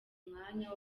umwanya